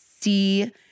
see